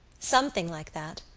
something like that.